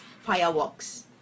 fireworks